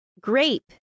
grape